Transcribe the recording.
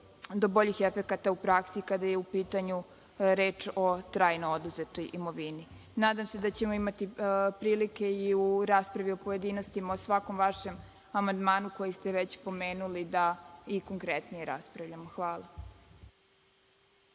do boljih efekata u praksi, kada je u pitanju reč o trajno oduzetoj imovini. Nadam se da ćemo imati prilike i u raspravu u pojedinostima o svakom vašem amandmanu koji ste već pomenuli da i konkretnije raspravimo. Hvala.